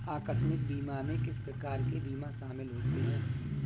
आकस्मिक बीमा में किस प्रकार के बीमा शामिल होते हैं?